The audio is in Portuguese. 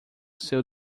seu